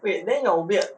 wait then you weird